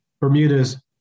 Bermuda's